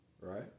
Right